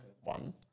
one